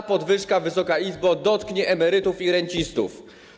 Ta podwyżka, Wysoka Izbo, dotknie emerytów i rencistów.